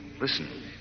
Listen